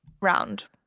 round